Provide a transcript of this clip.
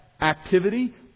activity